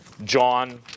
John